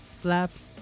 Slaps